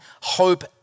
hope